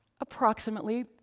approximately